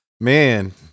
man